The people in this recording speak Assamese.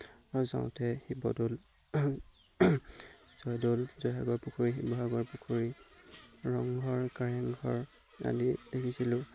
যাওঁতে শিৱদৌল জয়দৌল জয়সাগৰ পুখুৰী শিৱসাগৰ পুখুৰী ৰংঘৰ কাৰেংঘৰ আদি দেখিছিলোঁ